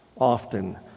often